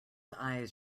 eyes